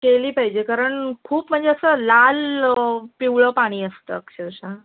केली पाहिजे कारण खूप म्हणजे असं लाल पिवळं पाणी असतं अक्षरशः